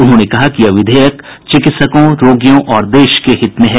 उन्होंने कहा कि यह विधेयक चिकित्सकों रोगियों और देश के हित में है